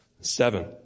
Seven